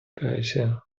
кайся